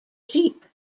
jeep